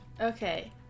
Okay